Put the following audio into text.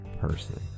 person